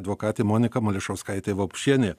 advokatė monika mališauskaitė vapšienė